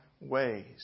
ways